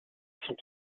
sont